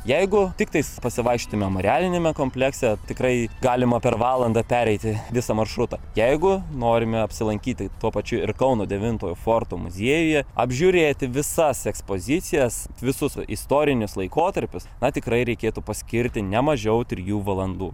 jeigu tiktais pasivaikščioti memorialiniame komplekse tikrai galima per valandą pereiti visą maršrutą jeigu norime apsilankyti tuo pačiu ir kauno devintojo forto muziejuje apžiūrėti visas ekspozicijas visus istorinius laikotarpius na tikrai reikėtų paskirti ne mažiau trijų valandų